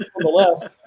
nonetheless